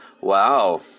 Wow